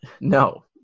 No